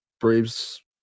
Braves